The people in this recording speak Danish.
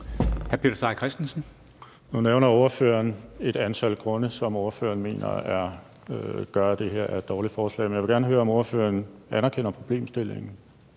Nu nævner ordføreren et antal grunde til, at ordføreren mener, at det her er et dårligt forslag. Jeg vil gerne høre, om ordføreren anerkender problemstillingen.